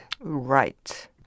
right